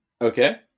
Okay